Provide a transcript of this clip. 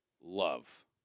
love